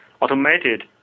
automated